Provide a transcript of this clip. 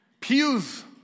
pews